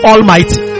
Almighty